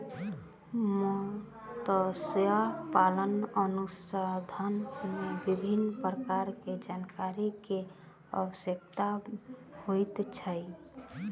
मत्स्य पालन अनुसंधान मे विभिन्न प्रकारक जानकारी के आवश्यकता होइत अछि